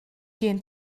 gehen